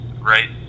right